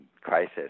crisis